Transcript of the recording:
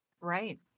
Right